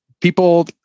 people